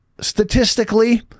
statistically